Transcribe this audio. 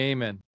Amen